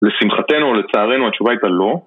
לשמחתנו ולצערנו התשובה הייתה לא